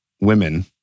women